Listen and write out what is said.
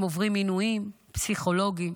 הם עוברים עינויים פסיכולוגיים,